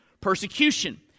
persecution